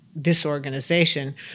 disorganization